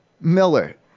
Miller